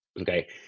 Okay